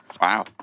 Wow